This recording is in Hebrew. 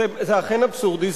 זה אכן אבסורדי,